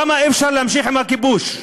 כמה אפשר להמשיך עם הכיבוש?